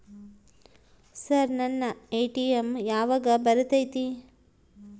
Sir ನನ್ನ ATM ಯಾವಾಗ ಬರತೈತಿ?